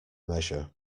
measure